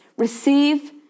receive